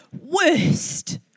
worst